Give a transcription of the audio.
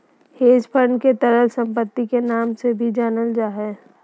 hedge fund के तरल सम्पत्ति के नाम से भी जानल जा हय